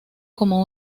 como